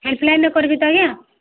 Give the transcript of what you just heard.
help ଲାଇନ୍ରେ କରିବି ତ ଆଜ୍ଞା